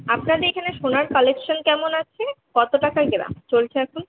আপনাদের এখানে সোনার কালেকশন কেমন আছে কত টাকা গ্রাম চলছে এখন